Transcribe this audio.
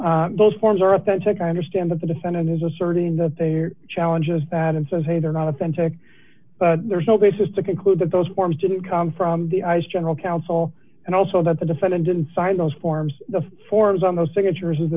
forms those forms are authentic i understand that the defendant is asserting that they are challenges that and says hey they're not authentic there's no basis to conclude that those forms didn't come from the eyes general counsel and also that the defendant didn't sign those forms the forms on those signatures is